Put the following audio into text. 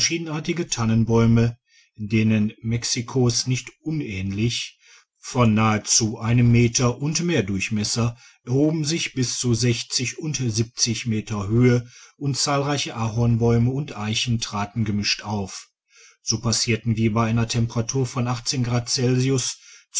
verschiedenartige tannenbäume denen mexicos nicht unähnlich von nahezu einem meter und mehr durchmesser erhoben sich bis zu und meter höhe und zahlreiche ahornbäume und eichen traten gemischt auf so passierten wir bei einer temparatur von grad celsius